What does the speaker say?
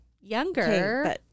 younger